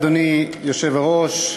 אדוני היושב-ראש,